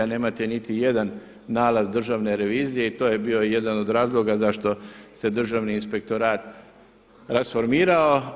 Nemate niti jedan nalaz Državne revizije i to je bio jedan od razloga zašto se Državni inspektorat rasformirao.